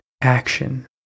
action